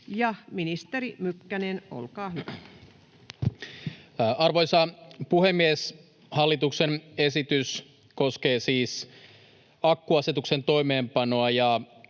Ministeri Mykkänen, olkaa hyvä. Arvoisa puhemies! Nyt annettava hallituksen esitys koskee siis akkuasetuksen toimeenpanoa